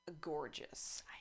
gorgeous